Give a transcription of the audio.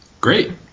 great